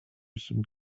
some